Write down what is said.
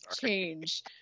change